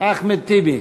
חבר הכנסת אחמד טיבי,